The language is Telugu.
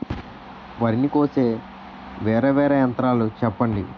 వరి ని కోసే వేరా వేరా యంత్రాలు చెప్పండి?